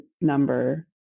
number